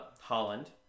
Holland